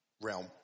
realm